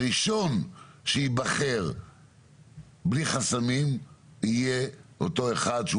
הראשון שייבחר בלי חסמים יהיה אותו אחד שהוא